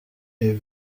est